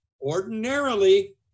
ordinarily